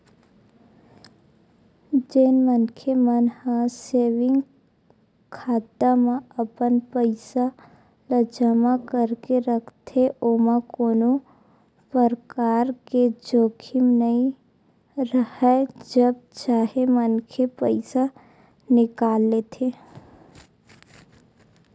जेन मनखे मन ह सेंविग खाता म अपन पइसा ल जमा करके रखथे ओमा कोनो परकार के जोखिम नइ राहय जब चाहे मनखे पइसा निकाल लेथे